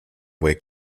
wake